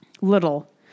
Little